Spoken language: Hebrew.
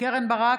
קרן ברק,